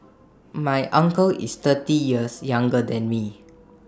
my uncle is thirty years younger than me